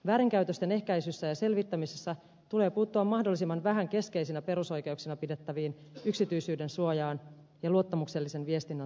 väärinkäytösten ehkäisyssä ja selvittämisessä tulee puuttua mahdollisimman vähän keskeisinä perusoikeuksina pidettäviin yksityisyyden suojaan ja luottamuksellisen viestinnän suojaan